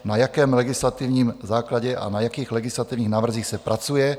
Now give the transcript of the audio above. Na jakém legislativním základě a na jakých legislativních návrzích se pracuje?